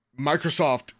Microsoft